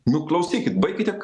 nu klausykit baikite